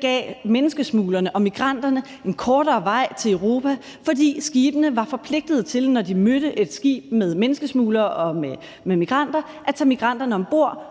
gav menneskesmuglerne og migranterne en kortere vej til Europa, fordi skibene var forpligtede til, når de mødte et skib med menneskesmuglere og med migranter, at tage migranterne om bord